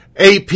AP